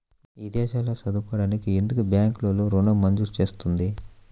విదేశాల్లో చదువుకోవడానికి ఎందుకు బ్యాంక్లలో ఋణం మంజూరు చేస్తుంది?